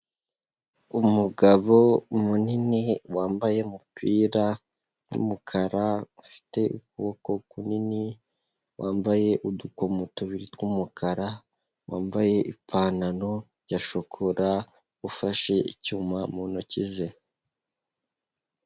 Umugabo munini wambaye umupira w'umukara ufite ukuboko kunini, wambaye udukomo tubiri tw'umukara wambaye ipantaro ya shokora ufashe icyuma mu ntoki ze.